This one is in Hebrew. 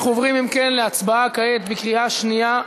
אנחנו עוברים כעת להצבעה בקריאה שנייה.